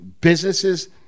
Businesses